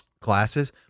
classes